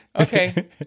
Okay